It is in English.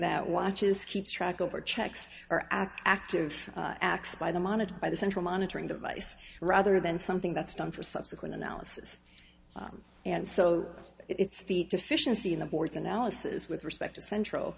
that watches keeps track over checks or act active acts by the monitored by the central monitoring device rather than something that's done for subsequent analysis and so it's the deficiency in the board's analysis with respect to centr